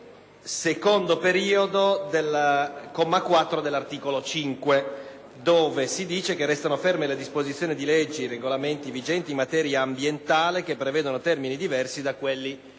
dal secondo periodo del comma 4 dell'articolo 5, che stabilisce che restano ferme le disposizioni di legge e di regolamento vigenti in materia ambientale che prevedono termini diversi da quelli di